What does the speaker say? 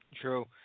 True